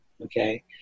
Okay